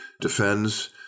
defends